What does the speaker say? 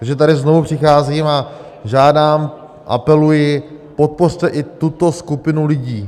Proto tady znovu přicházím a žádám a apeluji, podpořte i tuto skupinu lidí.